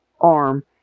arm